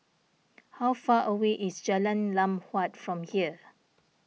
how far away is Jalan Lam Huat from here